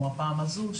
כמו הפעם הזו,